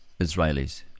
Israelis